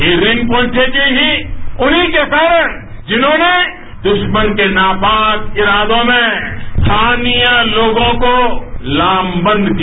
ये रिनपोंडे जी ही उन्हीं के कारण जिन्होंने दुस्मन के नापाक इरादों में स्थानीय लोगों को लामबंद किया